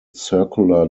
circular